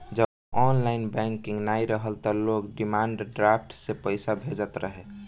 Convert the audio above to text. जब online banking नाइ रहल तअ लोग डिमांड ड्राफ्ट से पईसा भेजत रहे